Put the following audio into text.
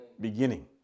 beginning